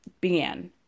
began